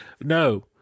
No